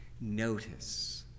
notice